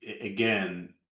again